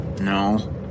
No